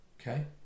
Okay